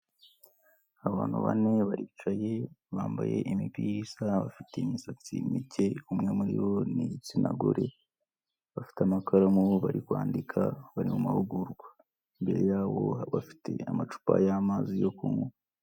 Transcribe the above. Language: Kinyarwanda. Abantu bane biricaye bambaye imipira isa bafite imisatsi mike umwe muri bo n'igitsina gore, bafite amakaramu bari kwandika bari mu mahugurwa, imbere yabo bafite amacupa y'amazi yo kunywa.